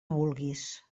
vulguis